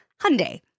Hyundai